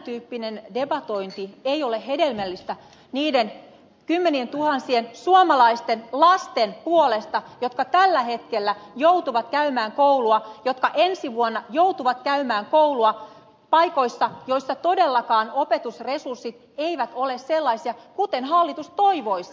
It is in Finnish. tämän tyyppinen debatointi ei ole hedelmällistä niiden kymmenientuhansien suomalaisten lasten puolesta jotka tällä hetkellä joutuvat käymään koulua jotka ensi vuonna joutuvat käymään koulua paikoissa joissa todellakaan opetusresurssit eivät ole sellaisia kuten hallitus toivoisi